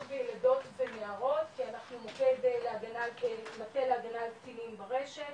בילדות ונערות כי אנחנו מוקד להגנת קטינים ברשת,